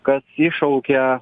kas iššaukia